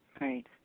Right